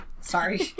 Sorry